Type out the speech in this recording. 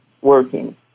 working